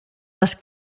les